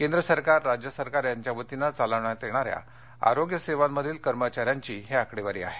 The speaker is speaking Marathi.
केंद्र सरकार राज्य सरकार यांच्या वतीनं चालवण्यात येणाऱ्या आरोग्य सेवांमधील कर्मचाऱ्यांची ही आकडेवारी आहे